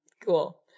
Cool